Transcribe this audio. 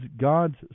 God's